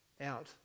out